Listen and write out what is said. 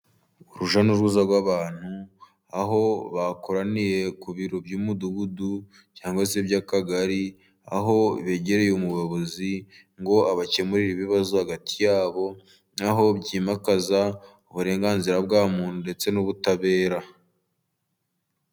Urujya n'uruza rw'abantu aho bakoraniye ku biro by'umudugudu cyangwa se by'akagari, aho begereye umuyobozi ngo abakemurire ibibazo hagati yabo, naho byimakaza uburenganzira bwa muntu ndetse n'ubutabera.